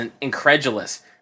incredulous